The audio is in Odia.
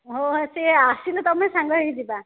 ହଉ ହଁ ସେ ଆସିଲେ ତୁମେ ସାଙ୍ଗ ହୋଇକି ଯିବା